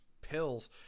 pills